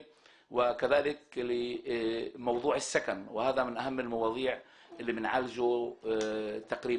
איך מתייחסים לאנשים שאיבדו מעל 600 חללים עם הרבה נכים,